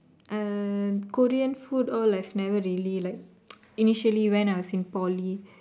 uh Korean food all I've never really like initially when I was in Poly